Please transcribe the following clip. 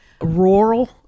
rural